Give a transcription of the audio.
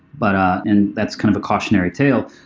but and that's kind of a cautionary tale.